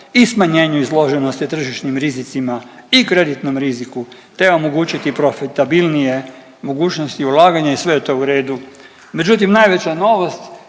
i smanjenju izloženosti tržišnim rizicima i kreditnom riziku, te omogućiti profitabilnije mogućnosti ulaganja i sve je to u redu. Međutim, najveća novost